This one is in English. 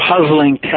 puzzling